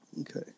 Okay